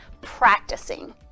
practicing